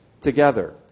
together